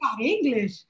English